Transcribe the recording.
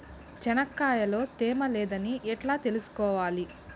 చెనక్కాయ లో తేమ లేదని ఎట్లా తెలుసుకోవాలి?